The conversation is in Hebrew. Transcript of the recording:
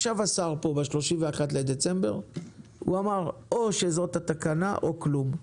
ישב פה השר ב-31 בדצמבר ואמר: או שזאת התקנה או כלום.